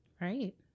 Right